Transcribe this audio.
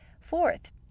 Fourth